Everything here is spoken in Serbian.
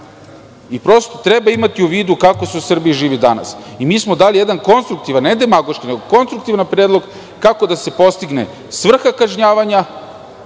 plate. Prosto, treba imati u vidu kako se u Srbiji živi danas. Mi smo dali jedan konstruktivan, ne demagoški, nego konstruktivan predlog kako da se postigne svrha kažnjavanja